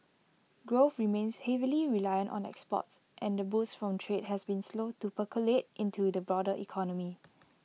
growth remains heavily reliant on exports and the boost from trade has been slow to percolate into the broader economy